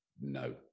no